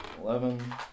eleven